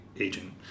agent